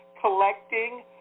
collecting